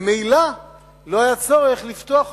ממילא לא היה צורך לפתוח אותו.